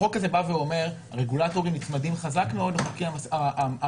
החוק הזה אומר שהרגולטורים נצמדים חזק מאוד לחוקים המסמיכים